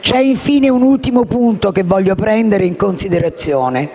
C'è infine un ultimo punto che voglio prendere in considerazione.